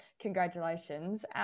congratulations